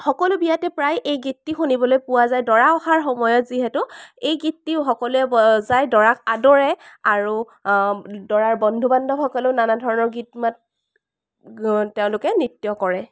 সকলো বিয়াতে প্ৰায় এই গীতটি শুনিবলৈ পোৱা যায় দৰা অহাৰ সময়ত যিহেতু এই গীতটি সকলোৱে বজায় দৰাক আদৰে আৰু দৰাৰ বন্ধু বান্ধৱ সকলেও নানা ধৰণৰ গীত মাত তেওঁলোকে নৃত্য কৰে